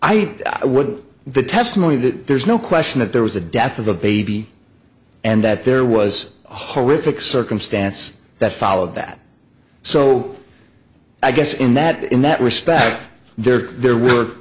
i would the testimony that there's no question that there was a death of a baby and that there was horrific circumstance that followed that so i guess in that in that respect there are there were